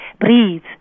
breathe